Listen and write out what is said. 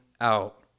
out